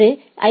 ஒரு ஐ